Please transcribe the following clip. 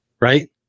Right